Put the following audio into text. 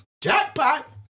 Jackpot